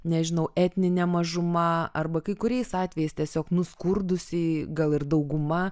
nežinau etninė mažuma arba kai kuriais atvejais tiesiog nuskurdusi gal ir dauguma